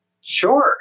Sure